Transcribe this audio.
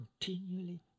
continually